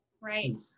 Right